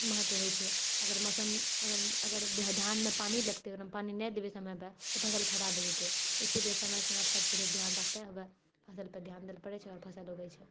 महत्व हइ छै अगर मौसम अगर धानमे पानी लगतै ओकरामे पानी नहि देबै समयपर तऽ फसल खराब भऽ जेतै इसीलिए समय समयपर सबकिछु धिआन राखिते हुए फसलपर धिआन दैलऽ पड़ै छै आओर फसल उगै छै